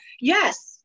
yes